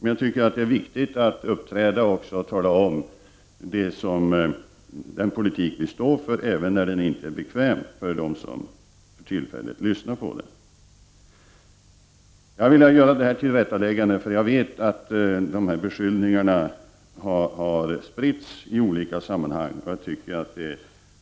Men det är viktigt att tala om vilken politik vi står för, även om den politiken inte är bekväm för dem som för tillfället lyssnar på den. Jag har velat göra detta tillrättaläggande, eftersom jag vet att dessa beskyllningar har spritts.